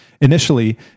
initially